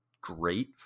Great